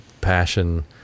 passion